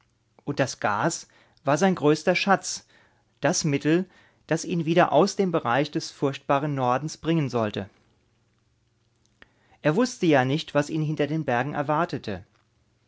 und das gas war sein größter schatz das mittel das ihn wieder aus dem bereich des furchtbaren nordens bringen sollte er wußte ja nicht was ihn hinter den bergen erwarte